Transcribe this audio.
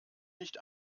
nicht